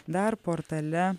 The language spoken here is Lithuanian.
dar portale